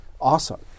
awesome